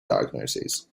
diagnoses